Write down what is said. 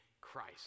Christ